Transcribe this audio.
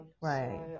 right